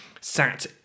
sat